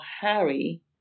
Harry